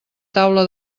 taula